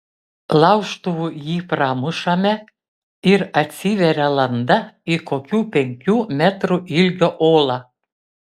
laužtuvu jį pramušame ir atsiveria landa į kokių penkių metrų ilgio olą